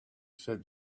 said